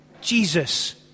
Jesus